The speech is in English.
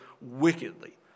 wickedly